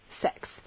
sex